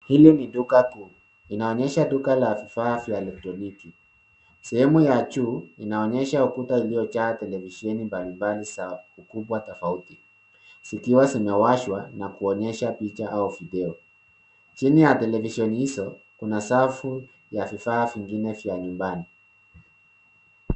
Hili ni duka kuu, inaonyesha duka la vifaa vya elektroniki. Sehemu ya juu inaonyesha ukuta iliyojaa televisheni mbalimbali za ukubwa tofauti, zikiwa zimeashwa na kuonyesha picha au video. Chini ya televisheni hizo kuna safu ya vifaa vingine vya nyumbani.